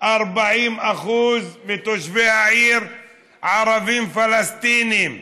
40% מתושבי העיר הם ערבים פלסטינים.